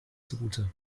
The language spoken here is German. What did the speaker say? zugute